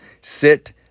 sit